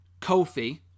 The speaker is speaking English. Kofi